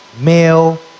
male